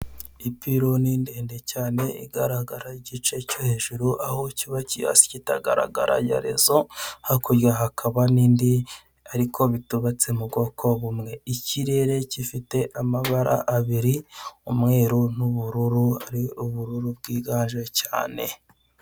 Ipironi ndende cyane igaragara igice cyo hejuru ariko igice cyo hasi kitagaragara ya rezo, hakurya hakaba n'indi ariko bitubatse mu bwoko bumwe, ikirere gifite amabara abiri umweru n'ubururu, ari ubururu bwiganje cyane.